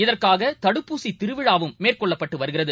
இதற்காக தடுப்பூசிதிருவிழாவும் மேற்கொள்ளப்பட்டுவருகிறது